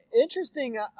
interesting